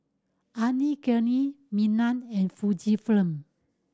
Anne Klein Milan and Fujifilm